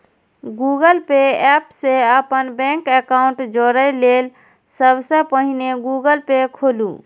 Google Pay app सं अपन bank account जोड़य लेल सबसं पहिने गूगल पे खोलू